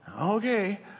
Okay